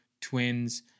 Twins